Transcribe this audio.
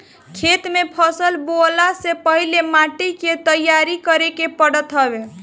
खेत में फसल बोअला से पहिले माटी के तईयार करे के पड़त हवे